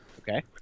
Okay